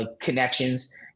connections